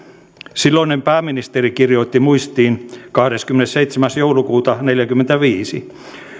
silloinen pääministeri kirjoitti muistiin kahdeskymmenesseitsemäs joulukuuta neljäkymmentäviisi